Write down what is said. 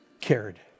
cared